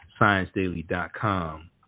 ScienceDaily.com